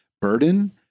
burden